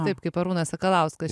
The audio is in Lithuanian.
taip kaip arūnas sakalauskas